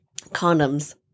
condoms